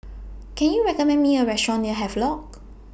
Can YOU recommend Me A Restaurant near Havelock